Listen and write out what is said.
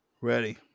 Ready